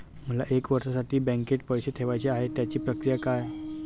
मला एक वर्षासाठी बँकेत पैसे ठेवायचे आहेत त्याची प्रक्रिया काय?